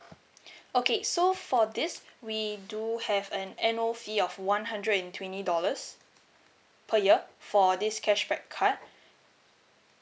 okay so for this we do have an annual fee of one hundred and twenty dollars per year for this cashback card